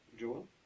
Joel